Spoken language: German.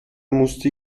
musste